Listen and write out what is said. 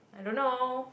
I don't know